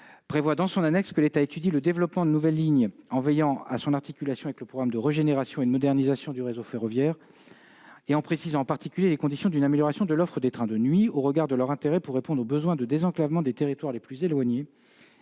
à cette loi que « l'État étudie le développement de nouvelles lignes [...], en veillant à son articulation avec le programme de régénération et de modernisation du réseau ferroviaire et en précisant, en particulier, les conditions d'une amélioration de l'offre des trains de nuit au regard de leur intérêt pour répondre aux besoins de désenclavement des territoires les plus éloignés